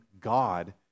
God